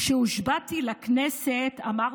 כשהושבעתי לכנסת אמרתי: